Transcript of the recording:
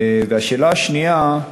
השאלה השנייה: